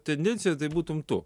tendencija tai būtum tu